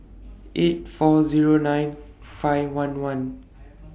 eight four Zero nine five one one